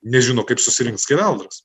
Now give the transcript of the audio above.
nežino kaip susirinkt skeveldras